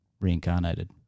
Reincarnated